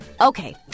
Okay